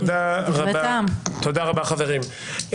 תודה רבה, חברים.